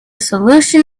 solution